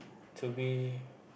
to be